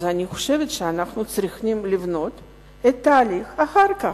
אז אני חושבת שאנחנו צריכים לבנות את ההליך אחר כך.